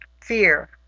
Fear